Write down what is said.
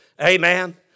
Amen